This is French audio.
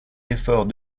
l’effort